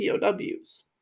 POWs